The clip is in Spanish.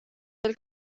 del